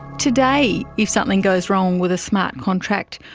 today if something goes wrong with a smart contract,